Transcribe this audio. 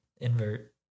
invert